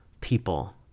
People